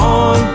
on